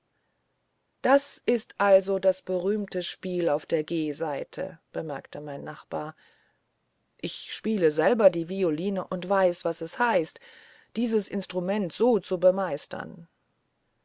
das ist also das berühmte spiel auf der g saite bemerkte mein nachbar ich spiele selber die violine und weiß was es heißt dieses instrument so zu bemeistern